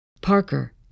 Parker